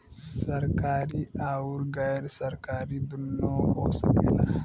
सरकारी आउर गैर सरकारी दुन्नो हो सकेला